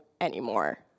anymore